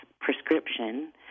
prescription